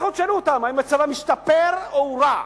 לכו תשאלו אותם אם המצב השתפר או הורע,